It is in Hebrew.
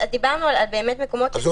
דיברנו על מקומות שיש בהם אלפי מטרים רבועים.